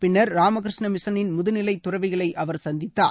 பின்னர் ராமகிருஷ்ணா மிஷனின் முதுநிலை துறவிகளை அவர் சந்தித்தார்